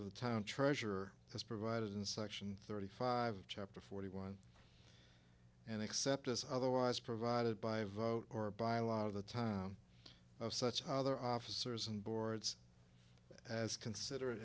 of the town treasurer as provided in section thirty five chapter forty one and except as otherwise provided by vote or by lot of the time of such other officers and boards as consider